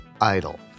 idol